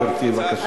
גברתי, בבקשה.